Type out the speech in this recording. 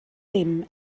dim